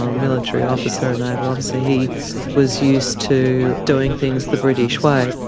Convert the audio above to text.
um military officer and naval officer, he was used to doing things the british way.